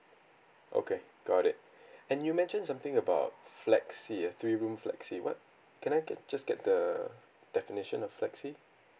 okay got it and you mentioned something about flexi ah three room flexi what can I get just get the definition of flexi